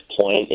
point